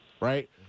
right